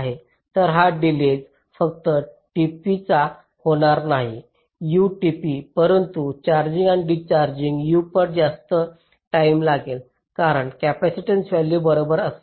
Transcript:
तर हा डिलेज फक्त tp चा होणार नाही परंतु चार्जिंग आणि डिस्चार्जिंगला U पट जास्त टाईम लागेल कारण कॅपेसिटन्स व्हॅल्यू बरोबर असेल